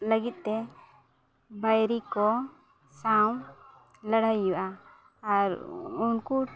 ᱞᱟᱹᱜᱤᱫ ᱛᱮ ᱵᱟᱹᱭᱨᱤ ᱠᱚ ᱥᱟᱶ ᱞᱟᱹᱲᱦᱟᱹᱭ ᱦᱩᱭᱩᱜᱼᱟ ᱟᱨ ᱩᱱᱠᱩ